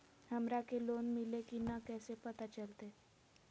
हमरा के लोन मिल्ले की न कैसे पता चलते?